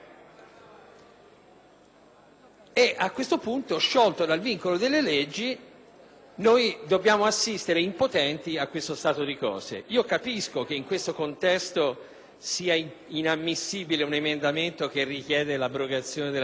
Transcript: della sua: sciolto dal vincolo delle leggi noi dobbiamo assistere impotenti a questo stato di cose. Capisco che in questo contesto sia inammissibile un emendamento che richiede l'abrogazione della legge Alfano,